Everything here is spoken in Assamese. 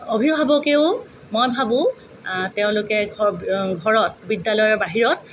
অভিভাৱকেও মই ভাবোঁ তেওঁলোকে ঘৰত বিদ্যালয়ৰ বাহিৰত